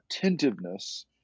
attentiveness